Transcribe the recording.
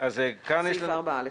סעיף 4(א).